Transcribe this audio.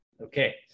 Okay